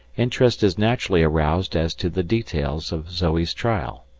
interest is naturally aroused as to the details of zoe's trial.